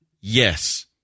Yes